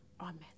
Amen